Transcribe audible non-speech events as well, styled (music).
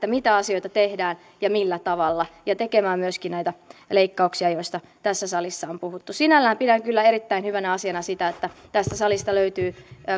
(unintelligible) mitä asioita tehdään ja millä tavalla ja tekemään myöskin näitä leikkauksia joista tässä salissa on puhuttu sinällään pidän kyllä erittäin hyvänä asiana sitä että tästä salista löytyy